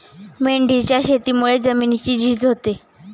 मेंढीच्या शेतीमुळे जमिनीची झीज होते